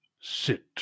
sit